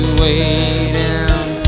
waiting